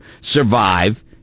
survive